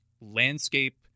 landscape